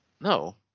No